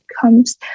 comes